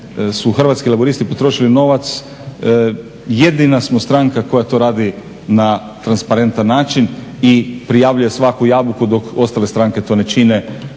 Hrvatski laburisti potrošili novac, jedina smo stranka koja to radi na transparentan način i prijavljuje svaku jabuku dok ostale stranke to ne čini.